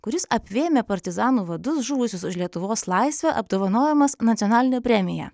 kuris apvėmė partizanų vadus žuvusius už lietuvos laisvę apdovanojamas nacionaline premija